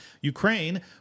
ukraine